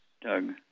Doug